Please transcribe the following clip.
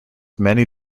many